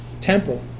temple